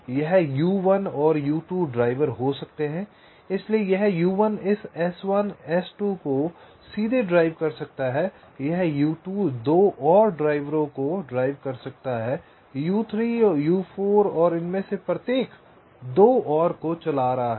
यह U1 और U2 driver हो सकते हैं इसलिए यह U1 इस S1 S2 को सीधे ड्राइव कर सकता है यह U2 2 और ड्राइवरों को ड्राइव कर सकता है U3 U4 और उनमें से प्रत्येक 2 को चला रहा है